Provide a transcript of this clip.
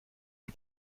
and